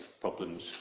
problems